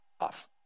off